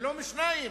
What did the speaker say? ולא משניים,